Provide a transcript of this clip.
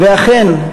ואכן,